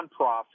nonprofit